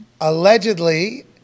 Allegedly